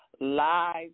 live